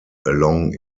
along